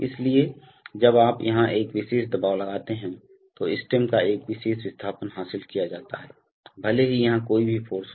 इसलिए जब आप यहां एक विशेष दबाव लगाते हैं तो स्टेम का एक विशेष विस्थापन हासिल किया जाता है भले ही यहां कोई भी फ़ोर्स हो